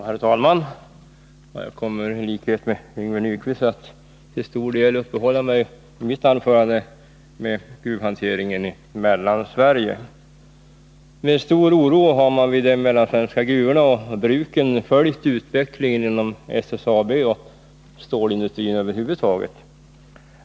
Herr talman! Jag kommer i likhet med Yngve Nyquist att till stor del i mitt anförande uppehålla mig vid gruvhanteringen i Mellansverige. Med stor oro har man vid de mellansvenska gruvorna och bruken följt utvecklingen inom SSAB och stålindustrin över huvud taget.